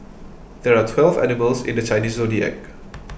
there are twelve animals in the Chinese zodiac